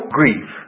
grief